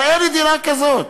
תראה לי דירה כזאת.